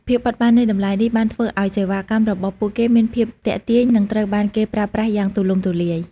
ភាពបត់បែននៃតម្លៃនេះបានធ្វើឱ្យសេវាកម្មរបស់ពួកគេមានភាពទាក់ទាញនិងត្រូវបានគេប្រើប្រាស់យ៉ាងទូលំទូលាយ។